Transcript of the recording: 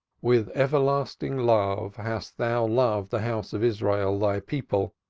with everlasting love hast thou loved the house of israel, thy people,